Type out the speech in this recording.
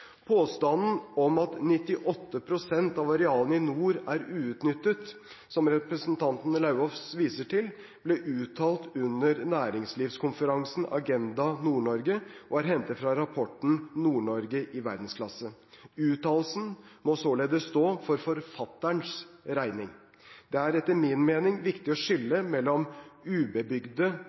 Påstanden om at 98 pst. av arealene i nord er uutnyttet, som representanten Lauvås viser til, ble uttalt under næringslivskonferansen Agenda Nord-Norge, og er hentet fra rapporten Nord-Norge i verdensklasse. Uttalelsen må således stå for forfatterens regning. Det er etter min mening viktig å skille mellom ubebygde